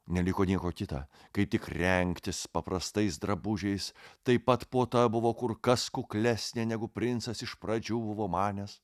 neliko nieko kita kaip tik rengtis paprastais drabužiais taip pat puota buvo kur kas kuklesnė negu princas iš pradžių buvo manęs